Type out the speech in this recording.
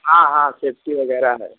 हाँ हाँ सेफ़्टी वगैरह है